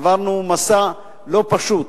עברנו מסע לא פשוט